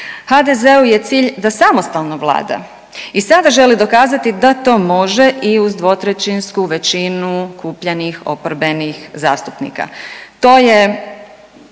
HDZ-u je cilj da samostalno vlada i sada želi dokazati da to može i uz 2/3 većinu kupljenih oporbenih zastupnika.